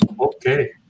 Okay